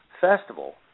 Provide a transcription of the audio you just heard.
festival